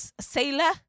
sailor